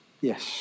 yes